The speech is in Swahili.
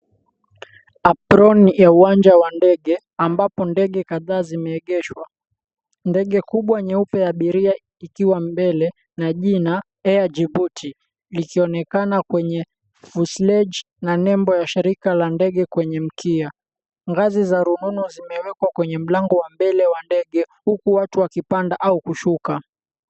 Aproni ya uwanja wa ndege ambapo ndege kadhaa zimeegeshwa. Ndege kubwa nyeupe ya abiria ikiwa mbele na jina, Air Djibouti likionekana kwenye fuselage na nembo ya shirika la ndege kwenye mkia. Ngazi za rununu zimewekwa kwenye mlango wa mbele wa ndege, huku watu wakipanda au kushuka.